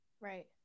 Right